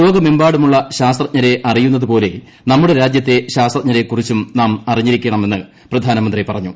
ലോകമെമ്പാടുമുള്ള ശാസ്ത്രജ്ഞരെ അറിയുന്നതുപോലെ ൂ നമ്മുടെ രാജ്യത്തെ ശാസ്ത്രജ്ഞരെക്കുറിച്ചും നാം അറിഞ്ഞിരീക്കണമെന്ന് പ്രധാനമന്ത്രി പറഞ്ഞു